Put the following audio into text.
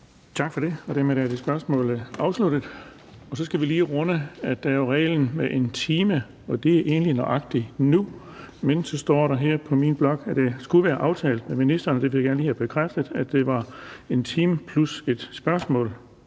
Tak for det, og dermed er spørgsmålet afsluttet. Og så skal vi lige runde, at der er reglen om en time, og det er jo egentlig nøjagtig nu, men så står der på min blok, at det skulle være aftalt med ministeren; jeg gerne lige have bekræftet, at det var en time plus et spørgsmål,